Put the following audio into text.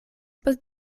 post